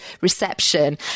reception